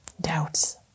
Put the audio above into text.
Doubts